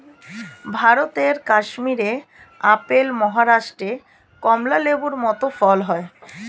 ভারতের কাশ্মীরে আপেল, মহারাষ্ট্রে কমলা লেবুর মত ফল হয়